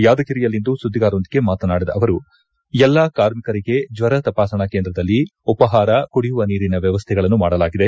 ಯಾದಗಿರಿಯಲ್ಲಿಂದು ಸುದ್ದಿಗಾರರೊಂದಿಗೆ ಮಾತನಾಡಿದ ಅವರು ಎಲ್ಲಾ ಕಾರ್ಮಿಕರಿಗೆ ಜ್ವರ ತಪಾಸಣಾ ಕೇಂದ್ರದಲ್ಲಿ ಉಪಹಾರ ಕುಡಿಯುವ ನೀರಿನ ವ್ವವಸ್ಥೆಗಳನ್ನು ಮಾಡಲಾಗಿದೆ